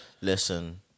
Listen